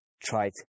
tried